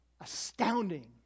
astounding